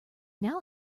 now